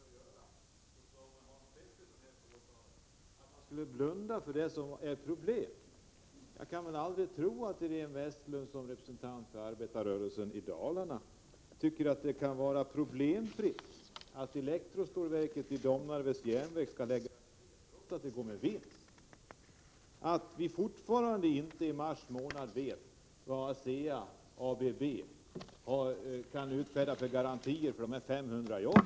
Herr talman! Jag skulle inte ha begärt genmäle om inte Iréne Vestlund gjort som industriministern försöker göra, vilket Hans Petersson i Hallstahammar här påtalar, nämligen blunda för problemen. Jag kan aldrig tro att Iréne Vestlund som representant för arbetarrörelsen i Dalarna tycker att det kan vara problemfritt att elektrostålverket i Domnarvets Jernverk skall läggas ned trots att det går med vinst, eller att vi fortfarande inte i mars månad vet vad ASEA kan utfärda för garantier för dessa 500 jobb.